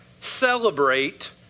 celebrate